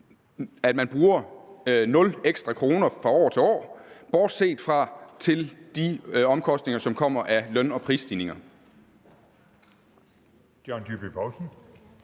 at man bruger nul ekstra kroner fra år til år, bortset fra til de omkostninger, som kommer af løn- og prisstigninger.